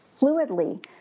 fluidly